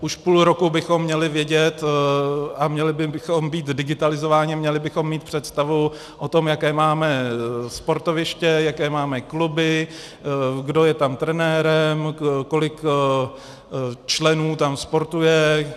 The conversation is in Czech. Už půl roku bychom měli vědět a měli bychom být digitalizováni a měli bychom mít představu o tom, jaká máme sportoviště, jaké máme kluby, kdo je tam trenérem, kolik členů tam sportuje.